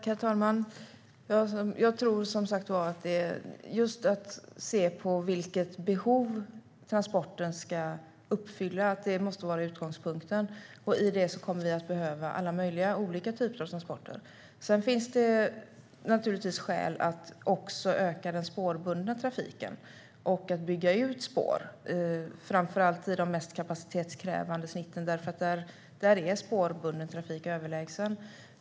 Herr talman! Utgångspunkten måste vara att se på vilket behov transporten ska uppfylla. I det kommer vi att behöva alla möjliga olika typer av transporter. Det finns skäl att också öka den spårbundna trafiken och att bygga ut spår framför allt i de mest kapacitetskrävande avsnitten. Där är spårbunden trafik överlägsen.